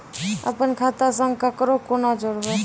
अपन खाता संग ककरो कूना जोडवै?